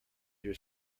your